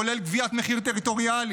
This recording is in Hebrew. כולל גביית מחיר טריטוריאלי,